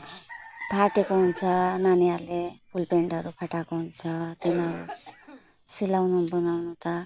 फाटेको हुन्छ नानीहरूले फुलप्यान्टहरू फटाएको हुन्छ तिनीहरू सिलाउनु बुनाउनु त